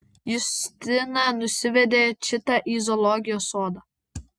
justina nusivedė čitą į zoologijos sodą